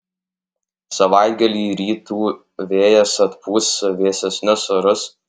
savaitgalį rytų vėjas atpūs vėsesnius orus